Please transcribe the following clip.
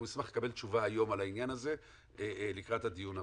נשמח לקבל תשובה היום על העניין הזה לקראת הדיון הבא.